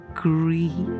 Agree